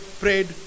prayed